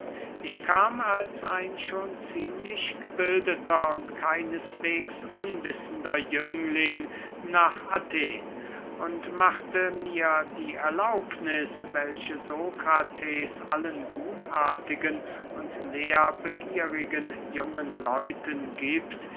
ich kam als ein schon ziemlich gebildeter und keineswegs unwissender jüngling nach athen und machte mir die erlaubniß welche sokrates allen gutartigen und lehrbegierigen jungen leuten giebt